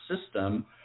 system